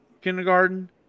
kindergarten